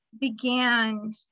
began